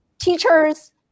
teachers